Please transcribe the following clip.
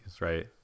right